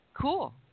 cool